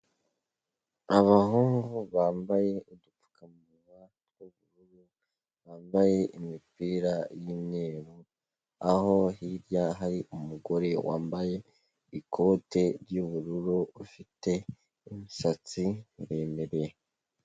Abahungu bambaye udupfukamuwa tw'ubururu bambaye imipira y'umweru, aho hirya hari umugore wambaye ikote ry'ubururu ufite imisatsi miremire.